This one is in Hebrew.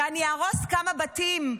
ואני אהרוס כמה בתים.